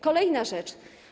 Kolejna rzecz.